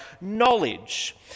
knowledge